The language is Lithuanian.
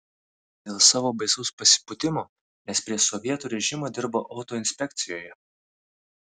dėl savo baisaus pasipūtimo nes prie sovietų režimo dirbo autoinspekcijoje